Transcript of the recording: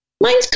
mine's